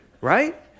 Right